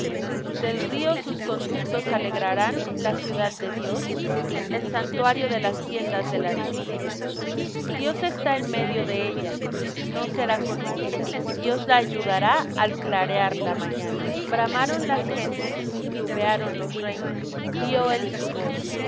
del río sus conductos alegrarán la ciudad de dios el santuario de las tiendas del altísimo dios está en medio de ella no será conmovida dios la ayudará al clarear la mañana bramaron las gentes titubearon los reinos dió él su voz